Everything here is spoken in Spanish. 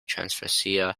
transferencia